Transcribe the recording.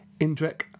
Indrek